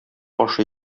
ашый